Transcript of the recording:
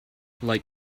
like